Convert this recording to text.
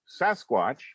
sasquatch